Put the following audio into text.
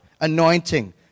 anointing